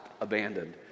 abandoned